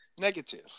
Negative